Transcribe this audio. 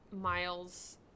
Miles